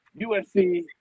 USC